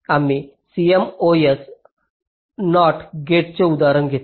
आम्ही CMOS NOT गेटचे उदाहरण घेतो